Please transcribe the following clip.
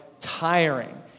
tiring